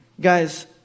Guys